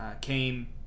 came